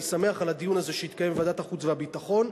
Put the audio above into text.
שמח על הדיון הזה שיתקיים בוועדת החוץ והביטחון.